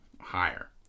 Higher